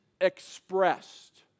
expressed